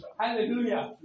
hallelujah